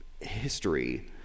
history